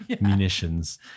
munitions